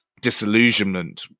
disillusionment